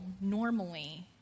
normally